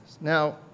Now